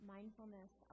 Mindfulness